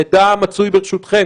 המידע המצוי ברשותכם,